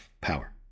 power